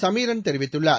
சமீரன் தெரிவித்துள்ளார்